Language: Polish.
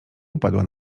upadła